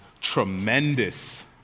tremendous